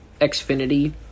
Xfinity